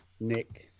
Nick